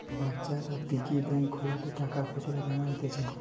বাচ্চারা piggy bank খেলনাতে টাকা খুচরা জমাইতিছে